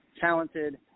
talented